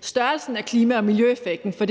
størrelsen af klima- og miljøeffekten, for